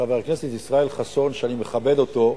חבר הכנסת ישראל חסון, שאני מכבד אותו,